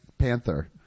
Panther